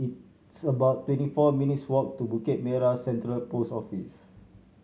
it's about twenty four minutes' walk to Bukit Merah Central Post Office